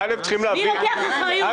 מי לוקח אחריות?